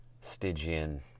Stygian